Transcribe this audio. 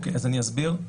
אני אסביר.